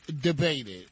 debated